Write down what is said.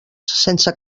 sense